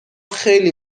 خیلی